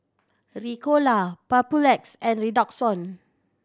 Ricola Papulex and Redoxon